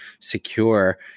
secure